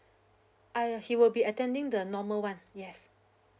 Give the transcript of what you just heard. uh he will be attending the normal one yes